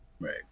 Right